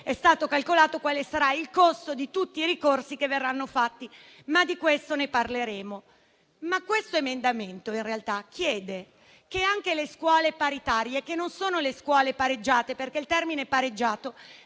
è stato considerato quale sarà il costo di tutti i ricorsi che verranno fatti, ma di questo parleremo. L'emendamento in realtà chiede che anche le scuole paritarie - non sono le scuole pareggiate, perché il termine "pareggiate"